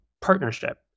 partnership